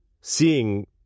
seeing